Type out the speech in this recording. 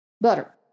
butter